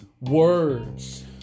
words